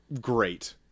great